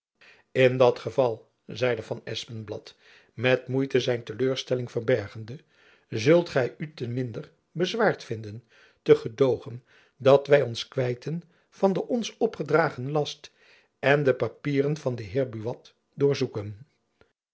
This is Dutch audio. in dat geval zeide van espenblad met moeite zijn te leur stelling verbergende zult gy u te minder bezwaard vinden te gedoogen dat wy ons kwijten van den ons opgedragen last en de papieren van den heer buat doorzoeken